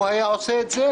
הוא היה עושה את זה,